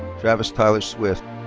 travis tyler swift.